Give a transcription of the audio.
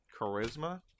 Charisma